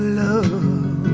love